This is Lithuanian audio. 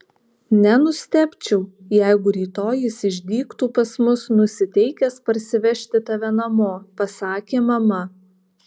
nenustebčiau jeigu rytoj jis išdygtų pas mus nusiteikęs parsivežti tave namo pasakė mama